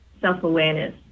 self-awareness